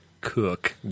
Cook